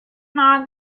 not